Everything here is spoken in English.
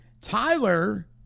Tyler